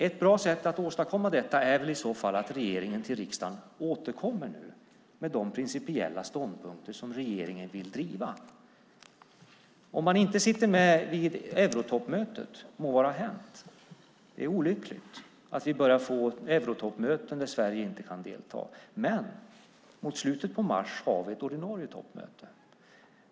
Ett bra sätt att åstadkomma detta är väl i så fall att regeringen till riksdagen återkommer med de principiella ståndpunkter som regeringen vill driva. Om man inte sitter med vid eurotoppmötet må vara hänt. Det är olyckligt att vi börjar få eurotoppmöten där Sverige inte kan delta. Men mot slutet av mars har vi ett ordinarie toppmöte.